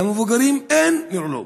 ולמבוגרים אין נוירולוג.